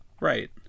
Right